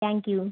thank you